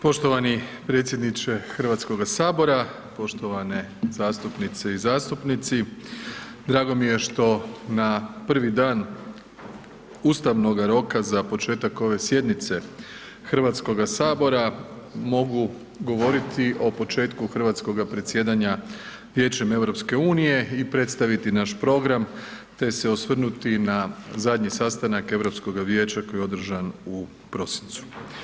Poštovani predsjedniče HS, poštovane zastupnice i zastupnici, drago mi je što na prvi dan ustavnoga roka za početak ove sjednice HS mogu govoriti o početku hrvatskoga predsjedanja Vijećem EU i predstaviti naš program, te se osvrnuti na zadnji sastanak Europskoga vijeća koji je održan u prosincu.